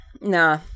nah